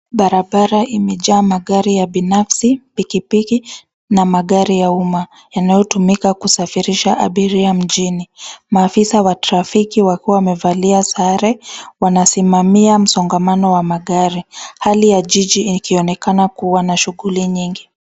Barabara imejaa magari ya binafsi, pikipiki na magari ya umma yanayotumika kudafirisha abiria mjini. Maafisa wa trafiki wakiwa wamevalia sare wanasimamia msongamano wa magari. Hali ya jiji ikionekana kuwa na shughuli nyingi.